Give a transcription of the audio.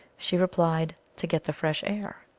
she replied, to get the fresh air.